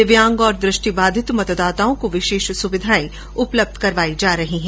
दिव्यांग और दृष्टिबाधित मतदाताओं को विशेष सुविधायें उपलब्ध करवाई जा रही है